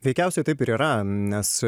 veikiausiai taip ir yra nes